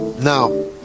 Now